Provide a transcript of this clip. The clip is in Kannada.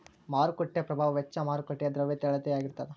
ಮಾರುಕಟ್ಟೆ ಪ್ರಭಾವ ವೆಚ್ಚ ಮಾರುಕಟ್ಟೆಯ ದ್ರವ್ಯತೆಯ ಅಳತೆಯಾಗಿರತದ